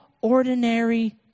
ordinary